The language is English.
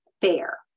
fair